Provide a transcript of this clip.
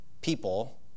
people